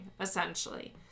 essentially